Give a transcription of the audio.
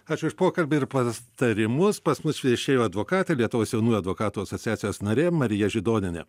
ačiū už pokalbį ir patarimus pas mus viešėjo advokatė lietuvos jaunųjų advokatų asociacijos narė marija židonienė